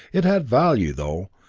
it had value, though,